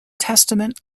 testament